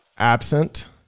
absent